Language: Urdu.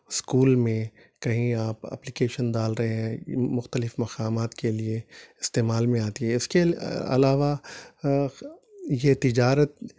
اسکول میں کہیں آپ اپلیکیشن ڈال رہے ہیں مختلف مقامات کے لیے استعمال میں آتی ہے اس کے علاوہ یہ تجارت